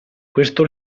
questo